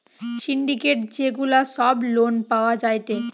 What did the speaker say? syndicate যে গুলা সব লোন পাওয়া যায়টে